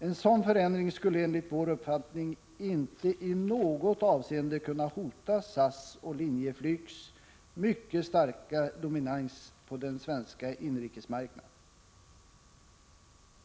En sådan förändring skulle enligt vår uppfattning inte i något avseende kunna hota SAS och Linjeflygs mycket starka dominans på den svenska inrikesmarknaden.